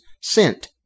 sent